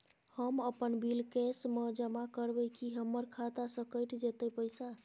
हम अपन bill cash म जमा करबै की हमर खाता स कैट जेतै पैसा?